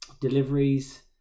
deliveries